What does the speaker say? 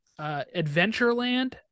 adventureland